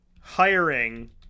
hiring